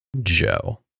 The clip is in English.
Joe